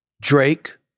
Drake